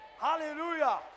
Hallelujah